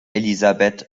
elisabeth